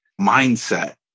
mindset